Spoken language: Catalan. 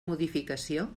modificació